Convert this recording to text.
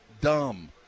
dumb